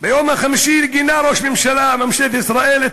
ביום החמישי גינה ראש ממשלת ישראל את